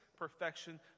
perfection